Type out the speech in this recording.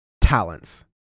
talents